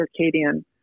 circadian